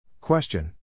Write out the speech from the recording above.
Question